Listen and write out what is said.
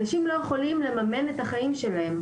אנשים לא יכולים לממן את חייהם,